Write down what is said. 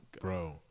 Bro